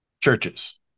churches